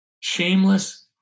Shameless